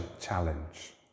challenge